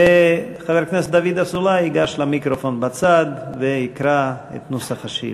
וחבר הכנסת דוד אזולאי ייגש למיקרופון בצד ויקרא את נוסח השאילתה.